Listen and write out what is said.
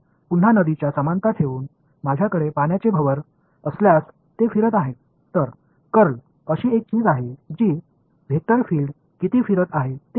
மீண்டும் நதி எடுத்துக்காட்டை கருத்தில் கொள்ளலாம் நீர் சுழலும் இடத்தில் உள்ள நீர் சுழற்சி போல் கர்ல் என்பது அந்த வெக்டர் பீல்டு எவ்வளவு சுழல்கிறது என்பதை அளவிடுவது ஆகும்